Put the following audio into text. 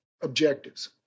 objectives